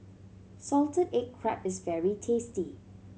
salted egg crab is very tasty